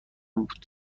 بود